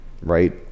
right